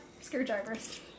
screwdrivers